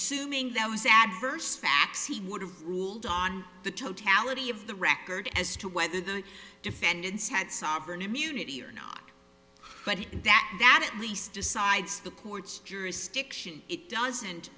there was adverse facts he would have ruled on the totality of the record as to whether the defendants had sovereign immunity or not but that without at least decides the court's jurisdiction it doesn't